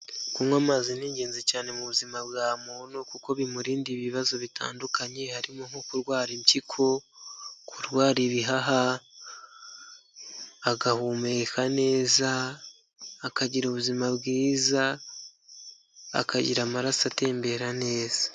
Kunywa amazi ni ingenzi cyane mu buzima bwa muntu kuko bimurinda ibibazo bitandukanye, harimo nko kurwara impyiko kurwara ibihaha agahumeka neza akagira ubuzima bwiza akagira amaraso atembera neza.